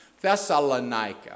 Thessalonica